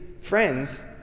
friends